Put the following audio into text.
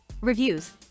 reviews